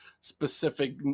specific